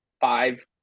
five